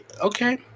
Okay